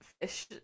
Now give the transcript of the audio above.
fish